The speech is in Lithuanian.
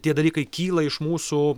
tie dalykai kyla iš mūsų